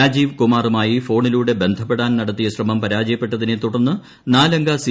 രാജീവ്കുമാറുമായി ഫോണിലൂടെ ബന്ധപ്പെടാൻ നടത്തിയ ശ്രമം പരാജയപ്പെട്ടതിനെ തുടർന്ന് നാല് അംഗ സി